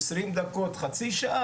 20 דקות,